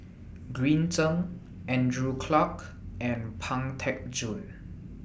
Green Zeng Andrew Clarke and Pang Teck Joon